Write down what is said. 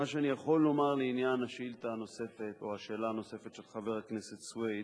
מה שאני יכול לומר לעניין השאלה הנוספת של חבר הכנסת סוייד